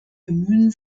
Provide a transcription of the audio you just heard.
bemühen